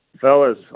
Fellas